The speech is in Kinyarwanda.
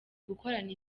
gukorana